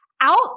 out